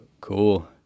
Cool